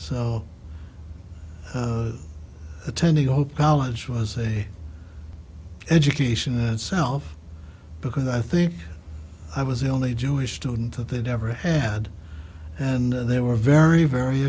so attending hope college was a education in itself because i think i was the only jewish student that they've ever had and they were very very